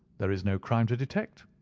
there is no crime to detect,